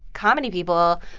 comedy people,